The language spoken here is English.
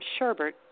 Sherbert